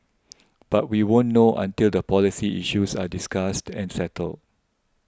but we won't know until the policy issues are discussed and settled